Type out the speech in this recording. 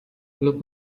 look